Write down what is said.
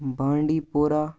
بانڈی پورہ